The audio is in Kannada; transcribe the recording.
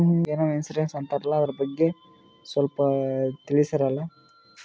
ಏನೋ ಇನ್ಸೂರೆನ್ಸ್ ಅಂತಾರಲ್ಲ, ಅದರ ಬಗ್ಗೆ ಸ್ವಲ್ಪ ತಿಳಿಸರಲಾ?